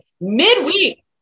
Midweek